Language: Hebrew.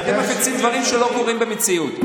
אתם מפיצים דברים שלא קורים במציאות.